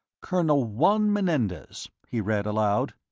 colonel juan menendez, he read aloud,